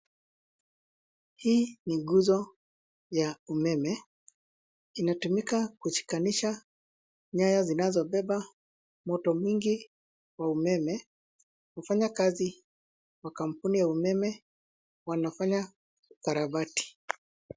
Hii ni nguzo ya umeme. Inatumika kushikanisha nyaya zinazobeba moto mingi wa umeme. Wafanyakazi wa kampuni ya umeme wanafanya ukarabati.